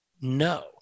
no